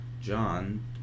John